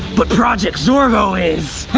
but project zorgo is.